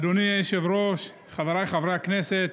אדוני היושב-ראש, חבריי חברי הכנסת,